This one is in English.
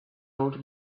old